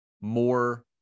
more